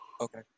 Okay